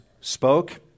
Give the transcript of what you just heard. spoke